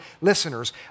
listeners